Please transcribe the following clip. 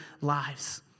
lives